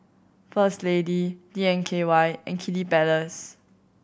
First Lady D N K Y and Kiddy Palace